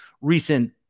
recent